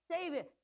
David